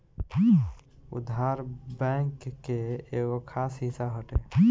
उधार, बैंक के एगो खास हिस्सा हटे